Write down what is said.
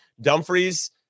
Dumfries